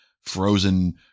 frozen